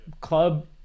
club